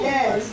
Yes